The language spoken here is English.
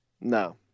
no